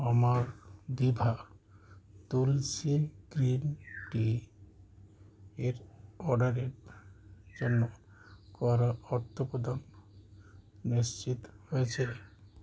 আমার Diva Tulsi green tea এর অডারের জন্য করা অর্থ প্রদান নিশ্চিত হয়েছে